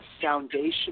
Foundation